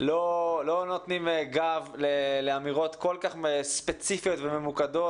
לא נותנים גב לאמירות כל כך ספציפיות וממוקדות,